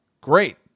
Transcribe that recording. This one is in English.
great